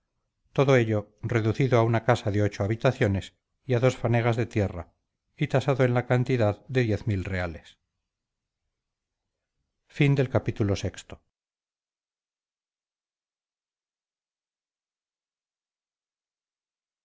todo ello reducido a una casa de ocho habitaciones y a dos fanegas de tierra y tasado en la cantidad de diez mil reales